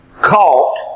Caught